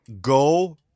go